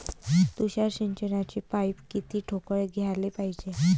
तुषार सिंचनाचे पाइप किती ठोकळ घ्याले पायजे?